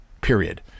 period